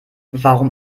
warum